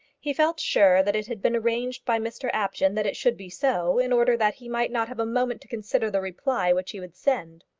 he felt sure that it had been arranged by mr apjohn that it should be so, in order that he might not have a moment to consider the reply which he would send.